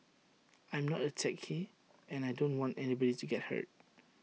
I am not A techie and I don't want anybody to get hurt